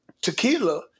tequila